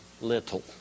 little